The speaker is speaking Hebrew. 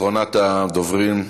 אחרונת הדוברים,